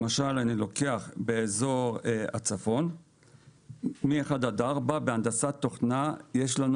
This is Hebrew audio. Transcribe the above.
למשל ניקח באזור הצפון, מ-1-4 בהנדסת תוכנה יש לנו